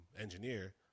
engineer